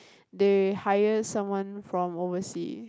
they hire someone from oversea